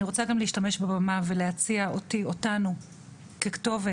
אני גם רוצה להשתמש בבמה ולהציע אותנו ככתובת